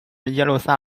耶路撒冷